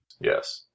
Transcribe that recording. Yes